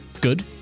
good